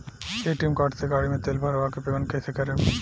ATM card से गाड़ी मे तेल भरवा के पेमेंट कैसे करेम?